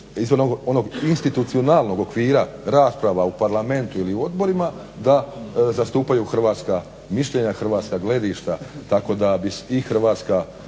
izvan onog institucionalnog okvira rasprava u Parlamentu ili odborima da zastupaju hrvatska mišljenja, hrvatska gledišta tako da bi i Hrvatska